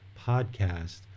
podcast